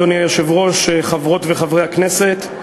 אדוני היושב-ראש, חברות וחברי הכנסת,